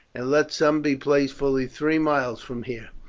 and let some be placed fully three miles from here,